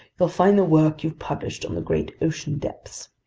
you'll find the work you've published on the great ocean depths.